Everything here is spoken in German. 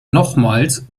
nochmals